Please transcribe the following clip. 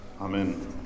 Amen